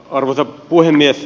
arvoisa puhemies